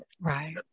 right